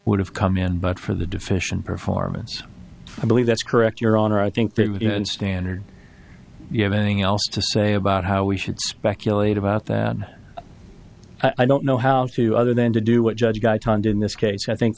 would have come in but for the deficient performance i believe that's correct your honor i think the standard you have anything else to say about how we should speculate about that i don't know how to other than to do what judge gaetan did in this case i think